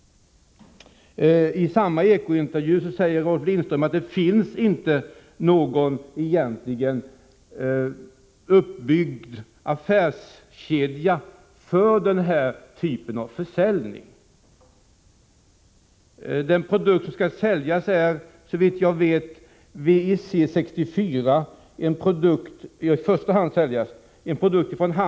I samma Eko-intervju sade Rolf Lindström att det egentligen inte finns någon uppbyggd affärskedja för den här typen av försäljning. Den produkt som i första hand skall säljas, är, såvitt jag vet, VIC 64 från Handic Electronics.